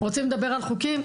רוצים לדבר על חוקים,